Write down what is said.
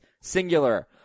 singular